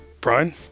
Brian